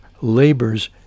labors